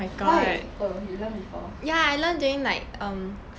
why oh you learn before